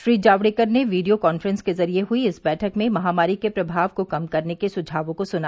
श्री जावड़ेकर ने video conference के जरिये हुई इस बैठक में महामारी के प्रभाव को कम करने के सुझावों को सुना